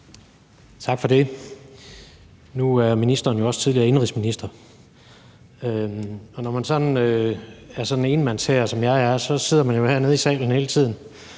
Tak for det. Nu er ministeren jo også tidligere indenrigsminister, og når man er sådan en enmandshær, som jeg er, sidder man jo hernede i salen hele tiden,